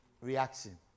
reaction